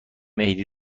عیدی